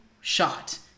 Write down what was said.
shot